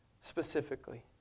specifically